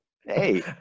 Hey